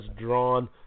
drawn